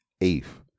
eighth